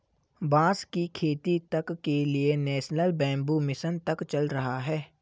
बांस की खेती तक के लिए नेशनल बैम्बू मिशन तक चल रहा है